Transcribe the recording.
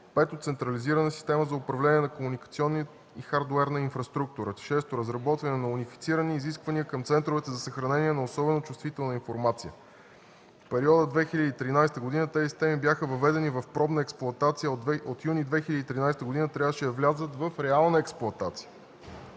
пето, централизирана система за управление на комуникационна и хардуерна инфраструктура; шесто, разработване на унифицирани изисквания към центровете за съхранение на особено чувствителна информация. В периода 2013 г. тези системи бяха въведени в пробна експлоатация, а от месец юни 2013 г. трябваше да влязат в реална експлоатация.